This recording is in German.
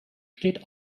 steht